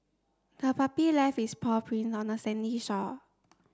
the puppy left its paw print on the sandy shore